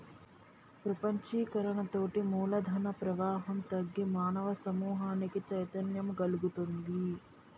ప్రపంచీకరణతోటి మూలధన ప్రవాహం తగ్గి మానవ సమూహానికి చైతన్యం గల్గుతుంది